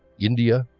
india,